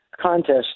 contest